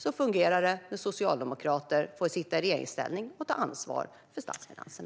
Så fungerar det när socialdemokrater får sitta i regeringsställning och ta ansvar för statsfinanserna.